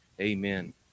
amen